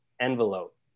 envelope